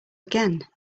again